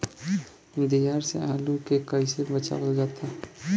दियार से आलू के कइसे बचावल जाला?